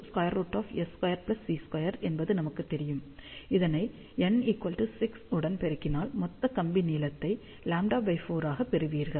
L√S2 C2 என்பது நமக்குத் தெரியும் இதனை n 6 உடன் பெருக்கினால் மொத்த கம்பி நீளத்தை λ4 ஆகப் பெறுவீர்கள்